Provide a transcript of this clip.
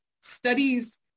studies